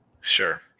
Sure